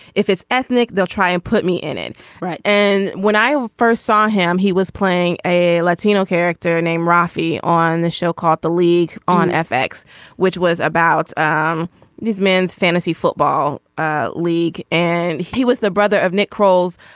if it's ethnic they'll try and put me in it right and when i first saw him he was playing a latino character named rafi on the show called the league on effects which was about um this man's fantasy football ah league and he was the brother of nick crawls